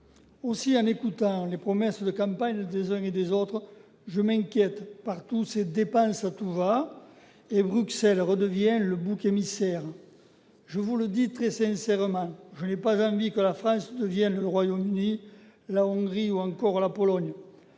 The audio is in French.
Aussi, en écoutant les promesses de campagne des uns et des autres, je m'inquiète : partout, c'est « dépenses à tout va », et Bruxelles redevient le bouc émissaire. Je vous le dis très sincèrement, je n'ai pas envie que la France devienne le Royaume-Uni, la Hongrie ou encore la Pologne.